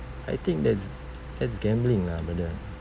I think that's that's gambling lah brother